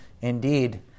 Indeed